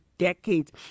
Decades